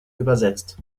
übersetzt